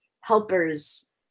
helpers